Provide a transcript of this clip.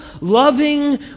loving